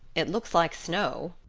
it looks like snow,